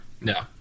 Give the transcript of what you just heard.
No